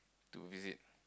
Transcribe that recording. to visit